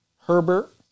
Herbert